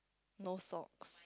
no socks